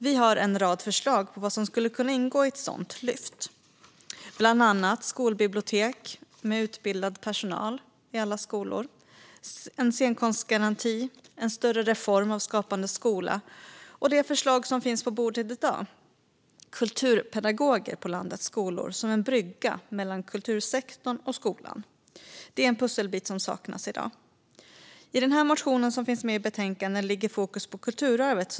Vi har en rad förslag på vad som skulle kunna ingå i ett sådant lyft, bland annat skolbibliotek med utbildad personal i alla skolor, en scenkonstgaranti och en större reform av Skapande skola. Och så är det förslaget som finns på bordet i dag: kulturpedagoger på landets skolor, som en brygga mellan kultursektorn och skolan. Det är en pusselbit som saknas i dag. I den motion som behandlas i betänkandet är fokus på kulturarvet.